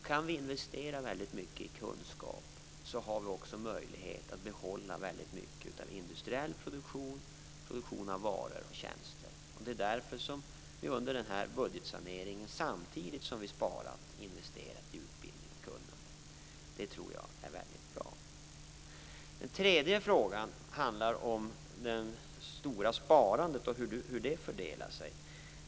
Kan vi investera väldigt mycket i kunskap har vi också möjlighet att behålla väldigt mycket av industriell produktion - produktion av varor och tjänster. Det är därför som vi under budgetsaneringen samtidigt som vi sparat har investerat i utbildning och kunnande. Det tror jag är väldigt bra. Den tredje frågan handlar om det stora sparandet och hur det fördelar sig.